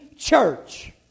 church